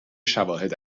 شواهد